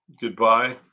goodbye